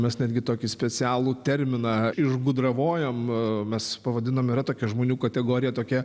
mes netgi tokį specialų terminą išgudravojom mes pavadinom yra tokia žmonių kategorija tokia